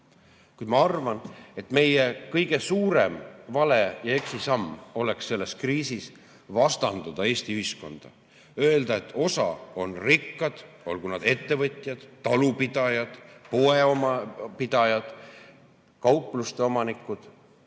Kuid ma arvan, et meie kõige suurem eksisamm oleks selles kriisis vastandada Eesti ühiskonda, öelda, et osad on rikkad, olgu nad ettevõtjad, talupidajad, poepidajad, kaupluste omanikud,